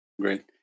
Great